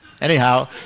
Anyhow